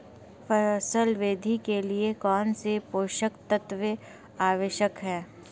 फसल वृद्धि के लिए कौनसे पोषक तत्व आवश्यक हैं?